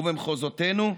ובמחוזותינו?